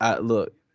Look